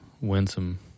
winsome